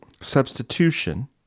substitution